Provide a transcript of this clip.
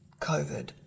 COVID